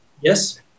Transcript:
Yes